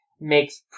makes